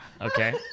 Okay